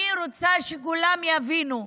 אני רוצה שכולם יבינו,